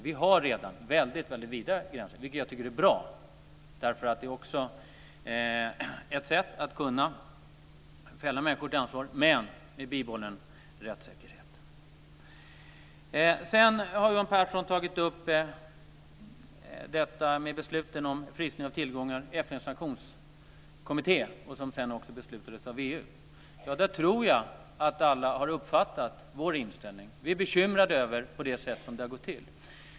Vi har redan väldigt vida gränser, vilket jag tycker är bra. Det är också ett sätt att kunna fälla människor till ansvar, men med bibehållen rättssäkerhet. Sedan har Johan Pehrson tagit upp detta med besluten om frysning av tillgångar i FN:s sanktionskommitté, och detta beslutades ju också sedan av EU. Jag tror att alla har uppfattat vår inställning där. Vi är bekymrade över det sätt som det har gått till på.